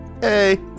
Hey